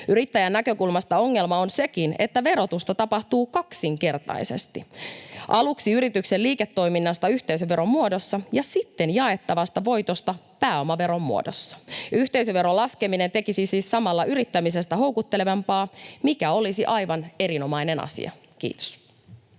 Yrittäjän näkökulmasta ongelma on sekin, että verotusta tapahtuu kaksinkertaisesti: aluksi yrityksen liiketoiminnasta yhteisöveron muodossa ja sitten jaettavasta voitosta pääomaveron muodossa. Yhteisöveron laskeminen tekisi siis samalla yrittämisestä houkuttelevampaa, mikä olisi aivan erinomainen asia. — Kiitos.